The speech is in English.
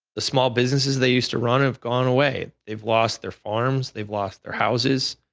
the small businesses that used to run have gone away. they've lost their farms, they've lost their houses,